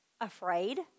afraid